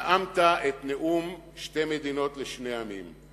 נאמת את נאום שתי מדינות לשני עמים.